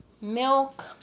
milk